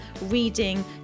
reading